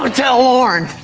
um tell lorne